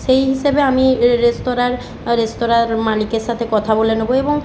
সেই হিসেবে আমি এ রেস্তোরাঁর রেস্তোরাঁর মালিকের সাথে কথা বলে নেব এবং